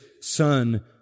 Son